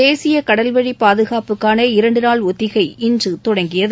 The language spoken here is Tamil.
தேசிய கடல்வழி பாதுகாப்புக்கான இரண்டு நாள் ஒத்திகை இன்று தொடங்கியது